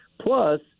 Plus